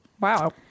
Wow